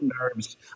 nerves